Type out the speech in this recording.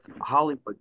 Hollywood